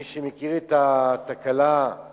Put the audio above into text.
מי שמכיר את התקלה שהיתה